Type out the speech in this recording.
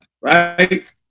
right